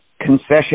concession